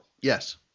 Yes